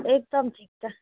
एकदम ठिक छ